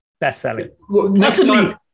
best-selling